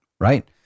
right